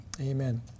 Amen